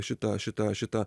šitą šitą šitą